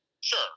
Sure